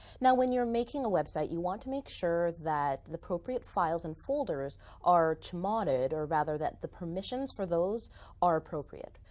now when you're making a website, you want to make sure that the appropriate files and folders are chmoded, or rather that the permissions for those are appropriate.